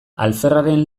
alferraren